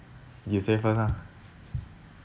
you say first ah